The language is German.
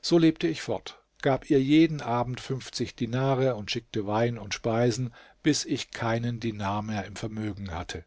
so lebte ich fort gab ihr jeden abend dinare und schickte wein und speisen bis ich keinen dinar mehr im vermögen hatte